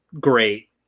great